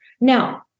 Now